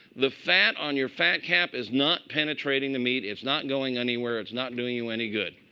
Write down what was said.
the fat on your fat cap is not penetrating the meat. it's not going anywhere. it's not doing you any good.